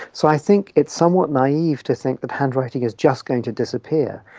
so i think it's somewhat naive to think that handwriting is just going to disappear,